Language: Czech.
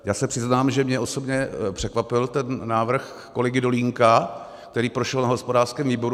Já se přiznám, že mě osobně překvapil ten návrh kolegy Dolínka, který prošel na hospodářském výboru.